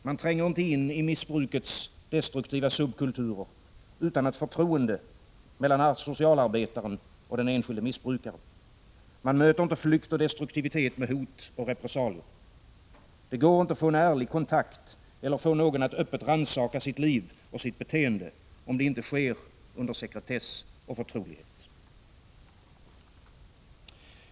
Man tränger inte in i missbrukets destruktiva subkulturer utan ett förtroende mellan socialarbetaren och den enskilde missbrukaren. Man möter inte flykt och destruktivitet med hot och repressalier. Det går inte att få en ärlig kontakt eller att få någon att öppet rannsaka sitt liv och sitt beteende, om det inte sker under sekretess och i förtrolighet.